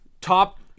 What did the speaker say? top